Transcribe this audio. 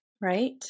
Right